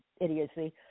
idiocy